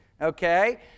Okay